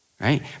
right